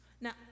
Now